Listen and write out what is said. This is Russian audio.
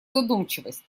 задумчивость